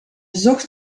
zocht